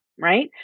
right